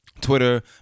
Twitter